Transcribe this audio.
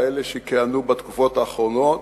כאלה שכיהנו בתקופות האחרונות.